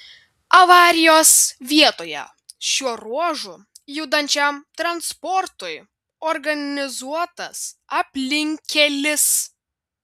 avarijos vietoje šiuo ruožu judančiam transportui organizuotas aplinkkelis